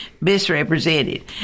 Misrepresented